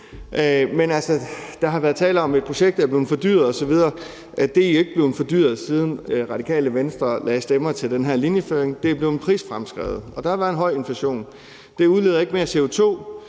Der har været tale om et projekt, der er blevet fordyret osv. Det er ikke blevet fordyret, siden Radikale Venstre lagde stemmer til den her linjeføring; det er blevet prisfremskrevet, og der har været en høj inflation. Det udleder ikke mere CO2.